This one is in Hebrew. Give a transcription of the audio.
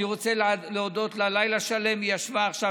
אני רוצה להודות לה לילה שלם היא ישבה עכשיו